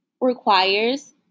requires